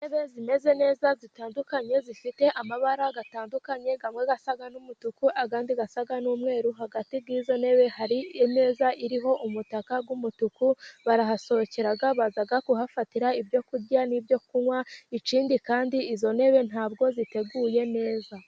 Intebe zimeze neza zitandukanye zifite amabara atandukanye amwe asa nk'umutuku andi asa n'umweru, hagati yizo ntebe hari imeza iriho umutaka w'umutuku , barahasohokera baza kuhafatira ibyo kurya n'ibyo kunywa, ikindi kandi izo ntebe ntabwo ziteguye neza.